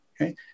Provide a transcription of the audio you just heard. Okay